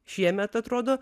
šiemet atrodo